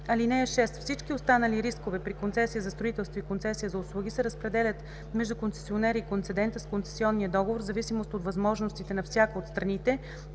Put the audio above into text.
(6) Всички останали рискове при концесия за строителство и концесия за услуги се разпределят между концесионера и концедента с концесионния договор в зависимост от възможностите на всяка от страните